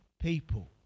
people